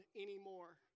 anymore